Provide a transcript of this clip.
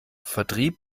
vertrieb